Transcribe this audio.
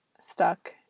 stuck